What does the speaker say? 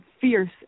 fierce